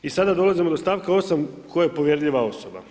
I sada dolazimo do stavka 8. tko je povjerljiva osoba.